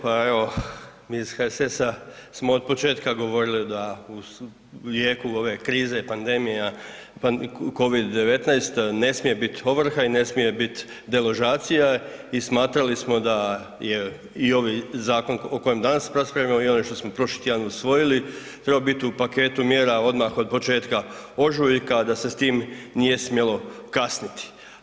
Pa mi iz HSS-a smo otpočetka govorili da u jeku ove krize, pandemija, COVID-19 ne smije biti ovrha i ne smije biti deložacija i smatrali smo da je i ovaj zakon o kojem danas raspravljamo i onaj što smo prošli tjedan usvojili trebao biti u paketu mjera odmah od početka ožujka da se s tim nije smjelo kasniti.